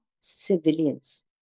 civilians